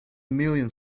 million